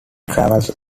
traveled